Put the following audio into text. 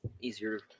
easier